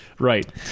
Right